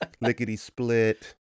lickety-split